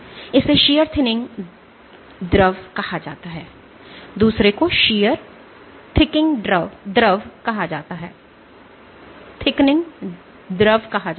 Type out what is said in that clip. तो इसे shear thinning द्रव कहा जाता है और दूसरे को शीयर थिकिंग द्रव कहा जाता है